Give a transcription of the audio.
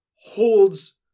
holds